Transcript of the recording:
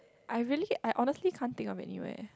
I really I honestly can't think of anywhere